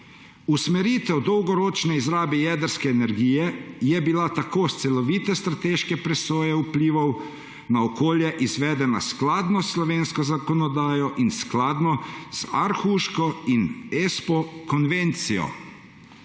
Usmeritev dolgoročne izrabe jedrske energije je bila tako s celovite strateške presoje vplivov na okolje izvedena skladno s slovensko zakonodajo in skladno z Aarhuško in ESPO konvencijo.